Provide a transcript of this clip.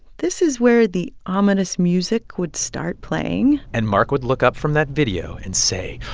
this is where the ominous music would start playing and mark would look up from that video and say,